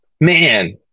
man